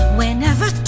whenever